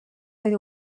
oedd